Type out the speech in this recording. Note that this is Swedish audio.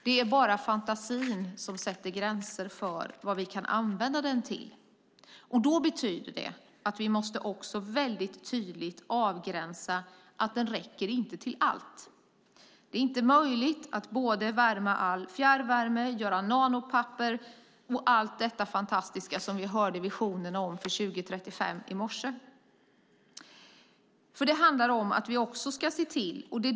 Det är bara fantasin som sätter gränser för vad vi kan använda den till. Det betyder att vi måste göra en tydlig avgränsning; den räcker inte till allt. Det är inte möjligt att både värma all fjärrvärme, göra nanopapper och allt fantastiskt som vi i morse hörde visioner om för 2035.